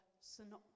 synopsis